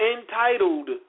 entitled